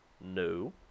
No